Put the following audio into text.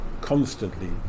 constantly